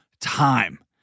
time